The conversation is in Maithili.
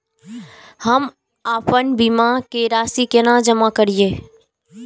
हम आपन बीमा के राशि केना जमा करिए?